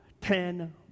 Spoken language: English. ten